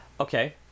Okay